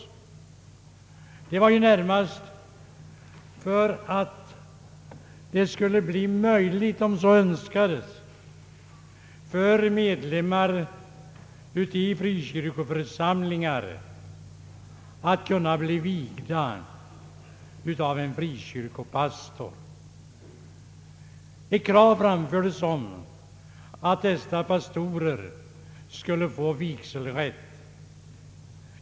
Anledningen var närmast den att det skulle bli möjligt för de medlemmar i frikyrkoförsamlingar som så önskade att bli vigda av en frikyrkopastor. Ett krav framfördes om att dessa pastorer skulle få vigselrätt.